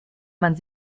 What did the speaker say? man